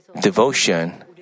devotion